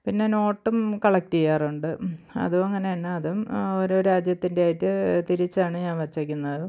പിന്നെ നോട്ടും കളക്റ്റ് ചെയ്യാറുണ്ട് അതും അങ്ങനെ തന്നെ അതും ഓരോ രാജ്യത്തിന്റെ ആയിട്ട് തിരിച്ചാണ് ഞാന് വച്ചേക്കുന്നത്